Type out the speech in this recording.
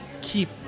keep